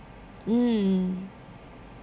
mm